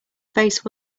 face